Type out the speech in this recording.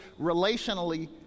relationally